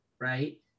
right